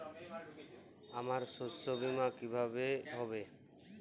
আমার শস্য বীমা কিভাবে হবে?